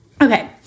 Okay